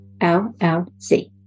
llc